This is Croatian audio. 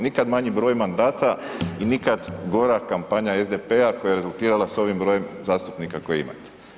Nikad manji broj mandata i nikad gora kampanja SDP-a koja je rezultirala s ovim brojem zastupnika koje imate.